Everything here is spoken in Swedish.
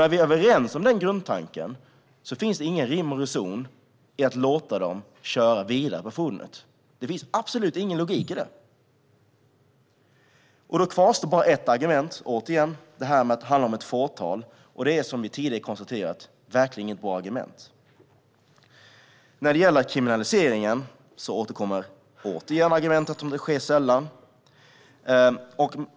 När vi är överens om den grundtanken finns det ingen rim och reson i att låta människor köra vidare med fordonet. Det finns absolut ingen logik i det. Då kvarstår bara ett argument, återigen att det handlar om ett fåtal, och det är som vi tidigare konstaterat verkligen inget bra argument. När det gäller kriminaliseringen återkommer återigen argumentet "om det sker sällan".